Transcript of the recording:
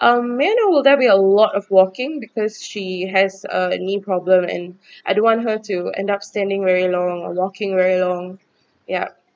um may I know will there be a lot of walking because she has a knee problem and I don't want her to end up standing very long walking very long yup